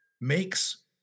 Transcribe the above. makes